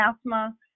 asthma